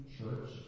Church